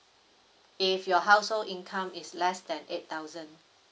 if your household income is less than eight thousand